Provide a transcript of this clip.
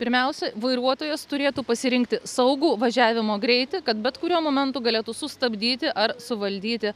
pirmiausia vairuotojas turėtų pasirinkti saugų važiavimo greitį kad bet kuriuo momentu galėtų sustabdyti ar suvaldyti